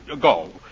go